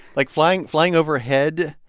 like flying flying overhead.